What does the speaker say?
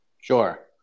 Sure